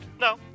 No